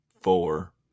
four